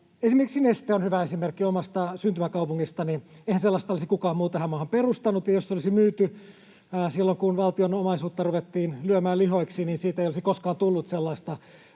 Neste on hyvä esimerkki omasta syntymäkaupungistani. Eihän sellaista olisi kukaan muu tähän maahan perustanut, ja jos se olisi myyty silloin, kun valtion omaisuutta ruvettiin lyömään lihoiksi, niin siitä ei olisi koskaan tullut sellaista,